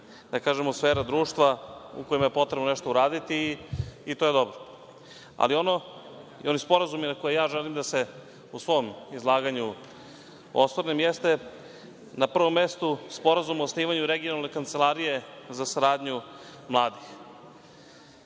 da kažem, sfera društva u kojima je potrebno nešto uraditi i to je dobro. Sporazumi na koje želim u svom izlaganju da se osvrnem jeste na prvom mestu Sporazum o osnivanju regionalne kancelarije za saradnju mladih.